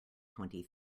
twenty